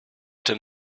them